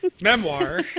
memoir